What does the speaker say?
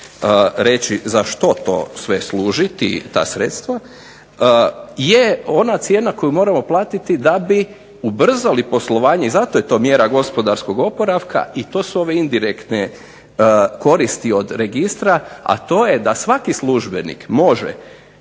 reći za što to sve služi ta sredstva, je ona cijena koju moramo platiti da bi ubrzali poslovanje. I zato je to mjera gospodarskog oporavka i to su ove indirektne koristi od registra, a to je da svaki službenik može